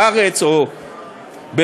בארץ או בלבנון.